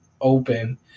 open